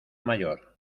mayor